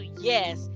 yes